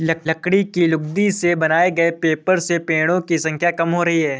लकड़ी की लुगदी से बनाए गए पेपर से पेङो की संख्या कम हो रही है